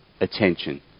attention